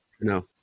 No